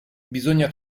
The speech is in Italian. bisogna